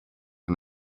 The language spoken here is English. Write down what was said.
and